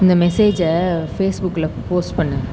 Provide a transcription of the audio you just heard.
இந்த மெசேஜை பேஸ்புக்கில் போஸ்ட் பண்ணு